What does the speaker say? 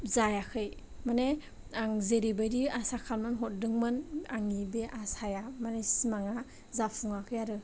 जायाखै माने आं जेरैबायदि आसा खालामनानै हरदोंमोन आंनि बे आसाया माने सिमाङा जाफुङाखै आरो